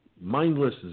mindless